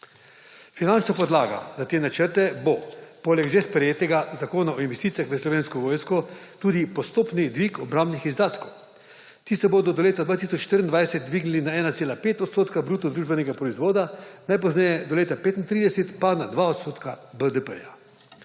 Finančna podlaga za te načrte bo poleg že sprejetega Zakona o investicijah v Slovensko vojsko tudi postopni dvig obrambnih izdatkov, ki se bodo do leta 2024 dvignili na 1,5 odstotka bruto družbenega proizvoda, najpozneje do leta 2035 pa na 2 odstotka BDP-ja.